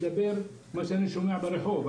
זה מה שאני שומע ברחוב.